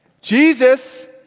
Jesus